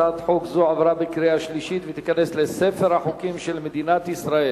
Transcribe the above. הצעת חוק זו עברה בקריאה שלישית ותיכנס לספר החוקים של מדינת ישראל.